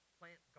plant